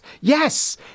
Yes